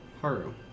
Haru